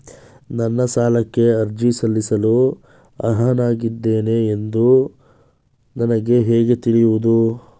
ನಾನು ಸಾಲಕ್ಕೆ ಅರ್ಜಿ ಸಲ್ಲಿಸಲು ಅರ್ಹನಾಗಿದ್ದೇನೆ ಎಂದು ನನಗೆ ಹೇಗೆ ತಿಳಿಯುವುದು?